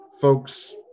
folks